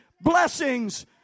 blessings